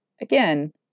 Again